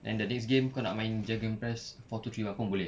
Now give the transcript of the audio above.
then the next game kau nak main gegenpress four two three one pun boleh